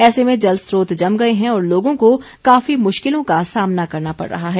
ऐसे में जल स्रोत जम गए हैं और लोगों को काफी मुश्किलों का सामना करना पड़ रहा है